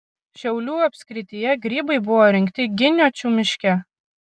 šiaulių apskrityje grybai buvo rinkti giniočių miške